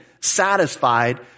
satisfied